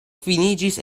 finiĝis